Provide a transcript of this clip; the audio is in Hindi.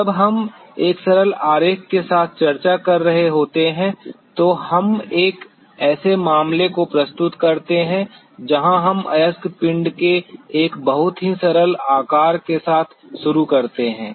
जब हम एक सरल आरेख के साथ चर्चा कर रहे होते हैं तो हम एक ऐसे मामले को प्रस्तुत करते हैं जहां हम अयस्क पिंड के एक बहुत ही सरल आकार के साथ शुरू करते हैं